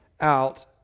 out